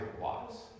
Watts